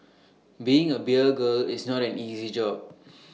being A beer girl is not an easy job